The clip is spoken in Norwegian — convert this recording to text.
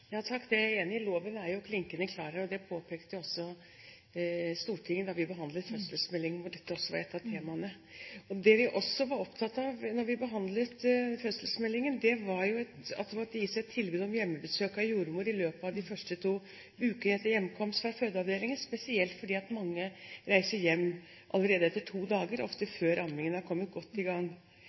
det er jeg enig i, loven er klinkende klar, og det påpekte også Stortinget da vi behandlet fødselsmeldingen, hvor dette også var et av temaene. Det vi også var opptatt av da vi behandlet fødselsmeldingen, var at det måtte gis et tilbud om hjemmebesøk av jordmor i løpet av de første to ukene etter hjemkomst fra fødeavdelingen, spesielt fordi mange reiser hjem allerede etter to dager, ofte før ammingen har kommet godt i gang.